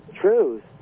truth